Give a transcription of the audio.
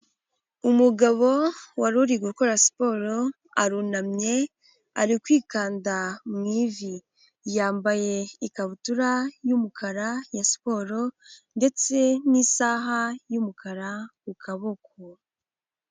Umugabo wari uri gukora siporo arunamye ari kwikanda mu ivi, yambaye ikabutura y'umukara ya siporo ndetse n'isaha y'umukara ku kaboko.